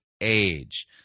age